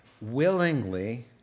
willingly